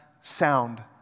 sound